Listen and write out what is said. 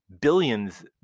billions